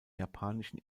japanischen